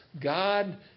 God